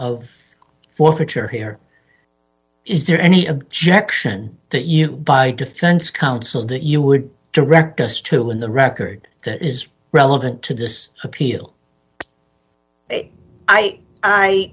forfeiture here is there any objection that you by defense counsel that you would direct us to in the record that is relevant to this appeal i